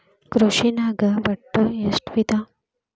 ಕೃಷಿನಾಗ್ ಒಟ್ಟ ಎಷ್ಟ ವಿಧ?